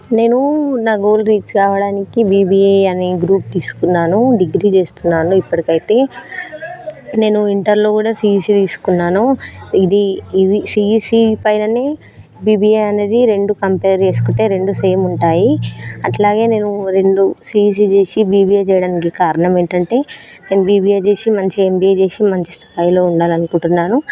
నేను నా goal reach కావడానికి బీబీఏ అనే గ్రూప్ తీసుకున్నాను డిగ్రీ చేస్తున్నాను ఇప్పటికైతే నేను ఇంటర్లో కూడా సీఈసీయే తీసుకున్నాను ఇది ఇది సీఈసీ పైననే బీబీఏ అనేది రెండు కంపేర్ చేసుకుంటే రెండు సేమ్ ఉంటాయి అట్లాగే నేను రెండు సీఈసీ చేసి బీబీఏ చేయడానికి కారణం ఏంటంటే నేను బీబీఏ చేసి మంచిగా ఎంబీఏ చేసి మంచి స్థాయిలో ఉండాలని అనుకుంటున్నాను